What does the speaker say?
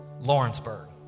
Lawrenceburg